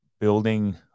building